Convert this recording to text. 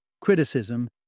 criticism